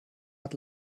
hat